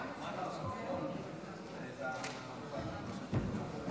המהפכה המשפטית לא תימשך,